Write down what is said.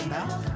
Now